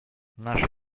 наша